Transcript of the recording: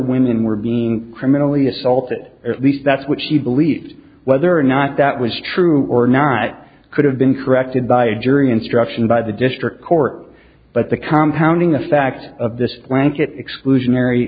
women were being criminally assaulted at least that's what she believed whether or not that was true or not could have been corrected by a jury instruction by the district court but the compound in the facts of this blanket exclusionary